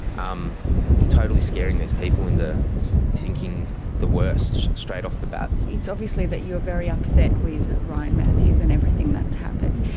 um you're totally scaring these people into thinking the worst straight off the bat. it's obvious that you're very upset with ryan matthews and everything that's happened.